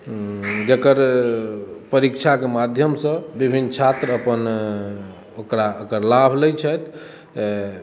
जकर परीक्षा के माध्यमसँ बिभिन्न छात्र अपन ओकरा एकर लाभ लै छथि ए